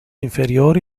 inferiori